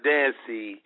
Dancy